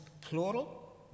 plural